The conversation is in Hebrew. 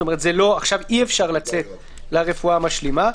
כלומר, אי-אפשר לצאת עכשיו לרפואה משלימה.